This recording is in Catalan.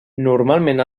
normalment